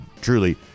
truly